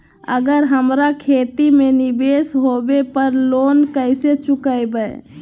अगर हमरा खेती में निवेस होवे पर लोन कैसे चुकाइबे?